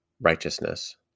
righteousness